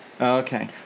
Okay